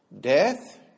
death